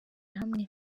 hamwe